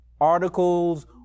articles